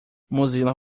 mozilla